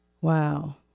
Wow